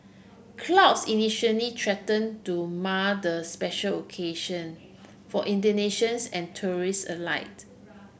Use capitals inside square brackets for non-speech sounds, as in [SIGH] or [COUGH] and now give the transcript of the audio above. clouds initially threaten to mar the special occasion for Indonesians and tourists [UNINTELLIGIBLE]